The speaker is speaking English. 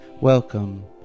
welcome